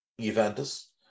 Juventus